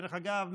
דרך אגב,